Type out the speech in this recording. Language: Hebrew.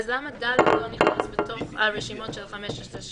אז למה (ד) לא נכנס ברשימות של 16-15?